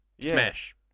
Smash